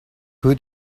who